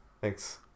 Thanks